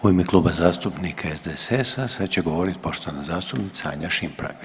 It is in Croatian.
U ime Kluba zastupnika SDSS-a sada će govoriti poštovana zastupnica Anja Šimpraga.